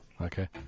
Okay